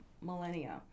millennia